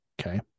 Okay